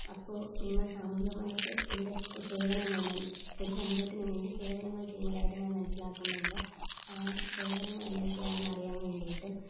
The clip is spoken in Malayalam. അപ്പോൾ നിങ്ങൾ സാമൂഹികമായിട്ട് എന്തൊക്കെ സേവനങ്ങൾ മൻ പൊതുസമൂഹത്തിന് വേണ്ടി സേവനങ്ങൾ ചെയ്യുന്നതായിട്ട് ഞാൻ മനസ്സിലാക്കുന്നുണ്ട് ആ സേവനങ്ങൾ എന്തൊക്കെ ആണെന്നയറിയാൻ വേണ്ടിയിട്ടും